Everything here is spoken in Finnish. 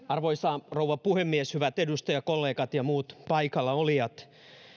arvoisa rouva puhemies hyvät edustajakollegat ja muut paikallaolijat